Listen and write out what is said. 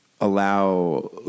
allow